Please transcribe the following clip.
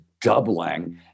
doubling